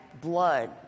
blood